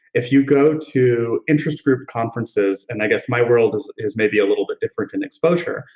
if you go to interest group conferences, and i guess my world is is maybe a little bit different in exposure,